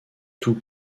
tout